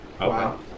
Wow